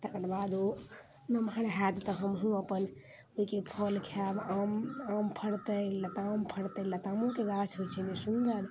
तकर बाद ओ नमहर हएत तऽ हमहूँ अपन ओहिके फल खाएब आम आम फड़तै लताम फड़तै लतामोके गाछ होइत छै ने सुन्दर